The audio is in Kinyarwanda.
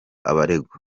abaregwa